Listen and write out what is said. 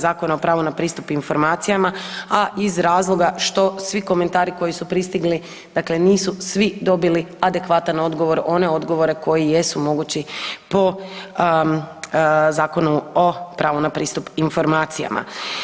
Zakona o pravu na pristup informacijama, a iz razloga što svi komentari koji su pristigli dakle, nisu svi dobili adekvatan odgovor one odgovore koji jesu mogući po Zakonu o pravo na pristup informacijama.